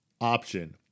option